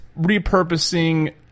repurposing